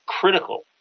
critical